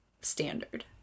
standard